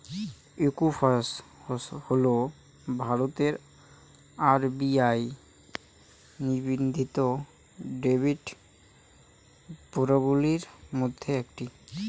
Equifax হল ভারতের RBI নিবন্ধিত ক্রেডিট ব্যুরোগুলির মধ্যে একটি